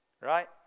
right